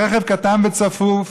הרכב קטן וצפוף,